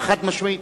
חד-משמעית,